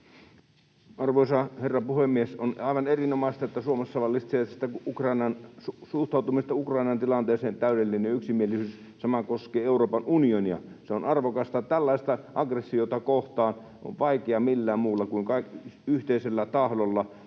Arvoisa herra puhemies! On aivan erinomaista, että Suomessa vallitsee suhtautumisesta Ukrainan tilanteeseen täydellinen yksimielisyys. Sama koskee Euroopan unionia. Se on arvokasta. Tällaista aggressiota on vaikea kohdata millään muulla kuin yhteisellä tahdolla